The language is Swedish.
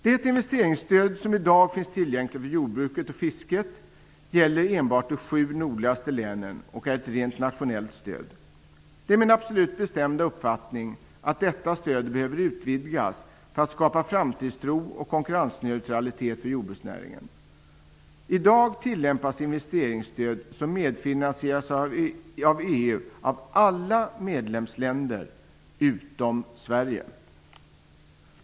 Det investeringsstöd som i dag finns tillgängligt för jordbruket och fisket gäller enbart de sju nordligaste länen och är ett rent nationellt stöd. Det är min absolut bestämda uppfattning att detta stöd behöver utvidgas för att skapa framtidstro och konkurrensneutralitet för jordbruksnäringen. I dag tillämpas investeringsstöd som medfinansieras av EU av alla medlemsländer utom Sverige.